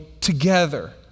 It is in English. together